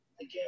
Again